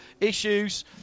issues